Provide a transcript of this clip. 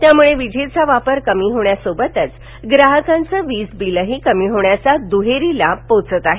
त्यामुळे विजेचा वापर कमी होण्यासोबतच ग्राहकांचे वीजबिलही कमी होण्याचा दुहेरी लाभ पोहचत आहे